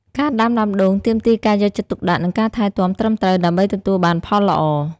ការដាំដើមដូងទាមទារការយកចិត្តទុកដាក់ និងការថែទាំត្រឹមត្រូវ ដើម្បីទទួលបានផលល្អ។